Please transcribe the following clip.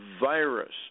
virus